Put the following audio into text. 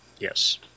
yes